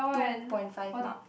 two point five mark